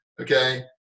Okay